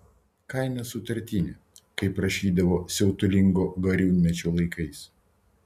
kaina sutartinė kaip rašydavo siautulingo gariūnmečio laikais